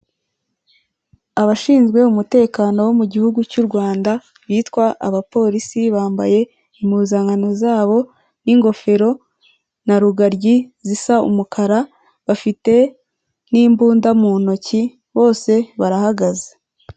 Abashinzwe umutekano wo mu gihugu cy'u Rwanda bitwa abapolisi, bambaye impuzankano zabo n'ingofero na rugaryi zisa umukara, bafite n'imbunda mu ntoki bose barahagaze.